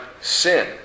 sin